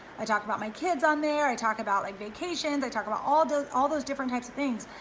i talk about my kids on there, i talk about like vacations, i talk about all those all those different types of things,